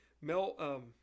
Mel